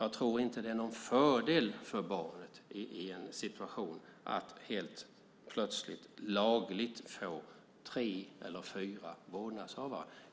Jag tror inte att det är någon fördel för barnet i någon situation att helt plötsligt och lagligt få tre eller fyra vårdnadshavare.